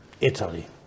Italy